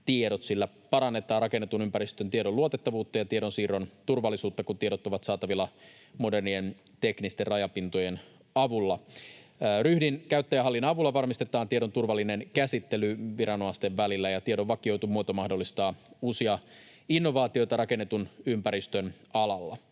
Sillä parannetaan rakennetun ympäristön tiedon luotettavuutta ja tiedonsiirron turvallisuutta, kun tiedot ovat saatavilla modernien teknisten rajapintojen avulla. Ryhdin käyttäjähallinnan avulla varmistetaan tiedon turvallinen käsittely viranomaisten välillä, ja tiedon vakioitu muoto mahdollistaa uusia innovaatioita rakennetun ympäristön alalla.